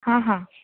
हां हां